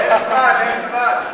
אין זמן, אין זמן.